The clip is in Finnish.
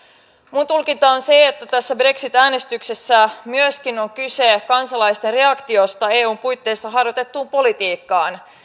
minun tulkintani on se että tässä brexit äänestyksessä on kyse myöskin kansalaisten reaktiosta eun puitteissa harjoitettuun politiikkaa